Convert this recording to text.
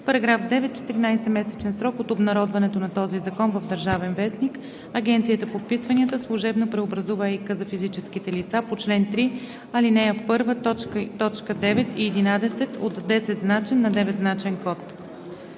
§ 9: „§ 9. В 14-месечен срок от обнародването на този закон в „Държавен вестник“ Агенцията по вписванията служебно преобразува ЕИК за физическите лица по чл. 3, ал. 1, т. 9 и 11 от 10 значен на 9-значен код.“